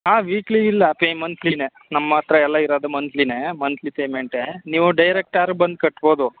ಹಾಂ ವೀಕ್ಲಿ ಇಲ್ಲ ಪೇ ಮಂತ್ಲಿನೇ ನಮ್ಮ ಹತ್ರ ಎಲ್ಲ ಇರೋದು ಮಂತ್ಲಿನೇ ಮಂತ್ಲಿ ಪೇಮೆಂಟೇ ನೀವು ಡೈರೆಕ್ಟ್ ಆರು ಬಂದು ಕಟ್ಬೌದು